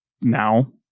now